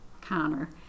Connor